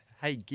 Hey